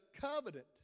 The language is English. covenant